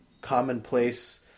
commonplace